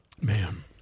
Man